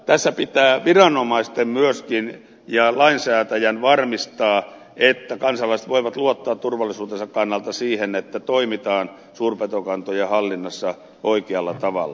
tässä pitää myöskin viranomaisten ja lainsäätäjän varmistaa että kansalaiset voivat luottaa turvallisuutensa kannalta siihen että toimitaan suurpetokantojen hallinnassa oikealla tavalla